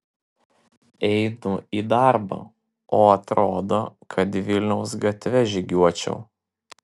einu į darbą o atrodo kad vilniaus gatve žygiuočiau